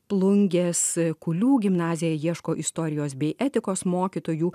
plungės kulių gimnazija ieško istorijos bei etikos mokytojų